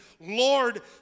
Lord